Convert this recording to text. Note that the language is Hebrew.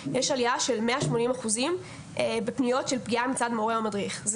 יש עלייה של 180% בפניות של פגיעה מצד מורה או מדריך.